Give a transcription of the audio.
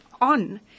on